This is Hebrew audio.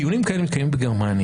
דיונים כאלה מתקיימים בגרמניה.